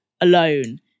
alone